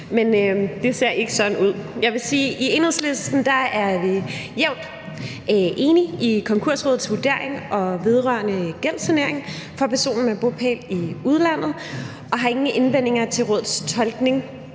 men det ser ikke sådan ud. Jeg vil sige, at i Enhedslisten er vi jævnt hen enige i Konkursrådets vurdering vedrørende gældssanering for personer med bopæl i udlandet og har ingen indvendinger i forhold til rådets tolkning